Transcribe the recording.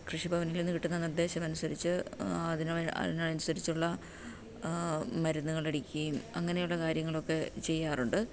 കൃഷിഭവനിൽനിന്ന് കിട്ടുന്ന നിർദ്ദേശം അനുസരിച്ച് അതിന് അതിനനുസരിച്ചുള്ള മരുന്നുകൾ അടിക്കുകയും അങ്ങനെയുള്ള കാര്യങ്ങളൊക്കെ ചെയ്യാറുണ്ട്